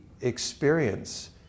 experience